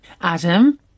Adam